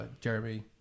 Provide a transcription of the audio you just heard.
Jeremy